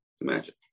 Imagine